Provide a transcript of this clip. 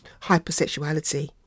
Hypersexuality